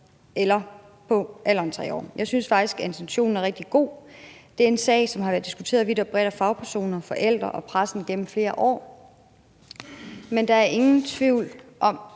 barnet fylder 3 år. Jeg synes faktisk, at intentionen er rigtig god. Det er en sag, som har været diskuteret vidt og bredt af fagpersoner, forældre og pressen gennem flere år, men der er ingen tvivl om,